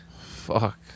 Fuck